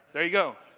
there you go.